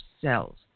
cells